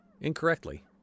incorrectly